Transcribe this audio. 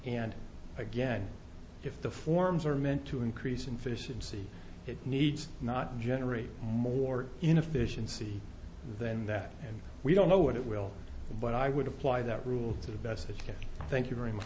and again if the forms are meant to increase in fish in sea it needs not generate more inefficiency than that and we don't know what it will be but i would apply that rule to the best it can thank you very much